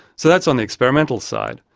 so that's on the experimental side.